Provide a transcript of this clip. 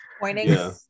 Pointing